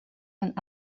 een